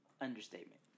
understatement